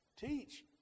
Teach